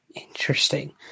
Interesting